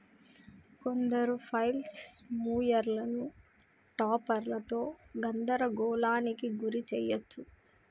కొందరు ఫ్లైల్ మూవర్లను టాపర్లతో గందరగోళానికి గురి చేయచ్చు